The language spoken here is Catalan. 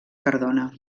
cardona